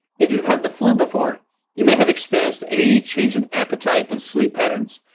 if you've had the flu before you may have experienced a change in appetite and sleep patterns,